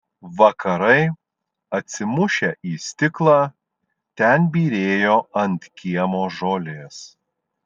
vakarai atsimušę į stiklą ten byrėjo ant kiemo žolės